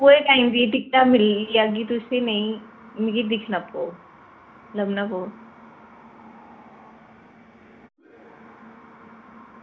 थ्होई जागियां टिकटां तुसें मिगी दिक्खना पौग लब्भना पौग